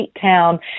town